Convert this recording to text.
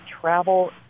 travel